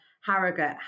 Harrogate